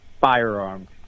firearm